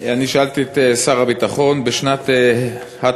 אני שאלתי את שר הביטחון: בשנת התש"ע,